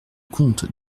comte